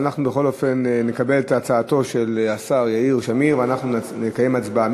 אבל אנחנו בכל אופן נקבל את הצעתו של השר יאיר שמיר ואנחנו נקיים הצבעה.